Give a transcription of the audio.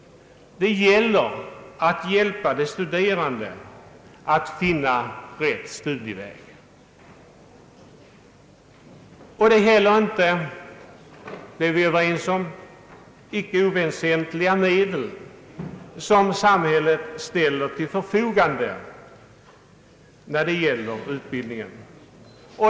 Det gäller att hjälpa de studerande att finna rätt studieväg. Vi kan väl vara överens om att det är betydande medel som samhället här ställer till förfogande för utbildningen.